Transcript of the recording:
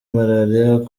malaria